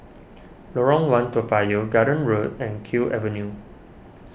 Lorong one Toa Payoh Garden Road and Kew Avenue